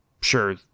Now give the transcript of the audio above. sure